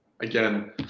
again